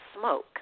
smoke